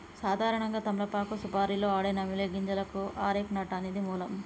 సాధారణంగా తమలపాకు సుపారీలో ఆడే నమిలే గింజలకు అరెక నట్ అనేది మూలం